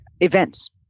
events